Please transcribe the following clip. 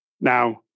Now